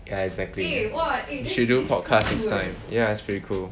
ya exactly we should do podcast next time ya it's pretty cool